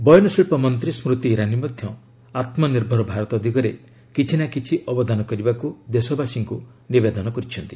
ବୟନ ଶିଳ୍ପ ମନ୍ତ୍ରୀ ସ୍କୁତି ଇରାନୀ ମଧ୍ୟ ଆତ୍ମ ନିର୍ଭର ଭାରତ ଦିଗରେ କିଛିନା କିଛି ଅବଦାନ କରିବାକୁ ଦେଶବାସୀଙ୍କୁ ନିବେଦନ କରିଛନ୍ତି